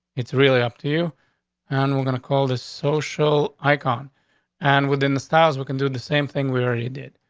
it's really up to you and we're gonna call this social icon and within the styles, we could do the same thing we already did.